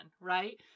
right